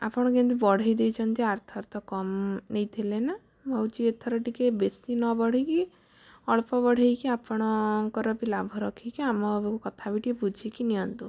ଆପଣ କେମିତି ବଢ଼େଇ ଦେଇଛନ୍ତି ଆରଥର ତ କମ୍ ନେଇଥିଲେ ନା ମୁଁ ଭାବୁଛି ଏଥର ଟିକେ ବେଶି ନ ବଢ଼େଇକି ଅଳ୍ପ ବଢ଼େଇକି ଆପଣଙ୍କର ବି ଲାଭ ରଖିକି ଆମ କଥା ବି ଟିକେ ବୁଝିକି ନିଅନ୍ତୁ